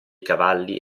cavalli